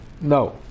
No